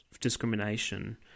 discrimination